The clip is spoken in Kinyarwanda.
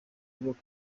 bavuga